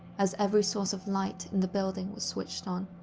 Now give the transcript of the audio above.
as every source of light in the building was switched on.